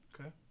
Okay